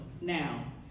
now